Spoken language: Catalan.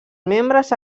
membres